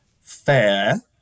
fair